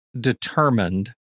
determined